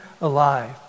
alive